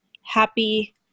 happy